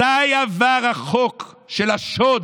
מתי עבר החוק של השוד,